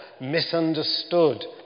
misunderstood